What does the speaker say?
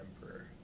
emperor